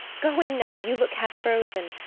go in now, you look half frozen.